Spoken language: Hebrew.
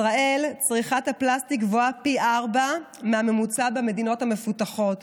צריכת הפלסטיק בישראל גבוהה פי ארבעה מהממוצע במדינות המפותחות.